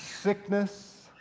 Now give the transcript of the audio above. sickness